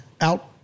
out